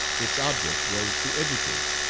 its object was to educate,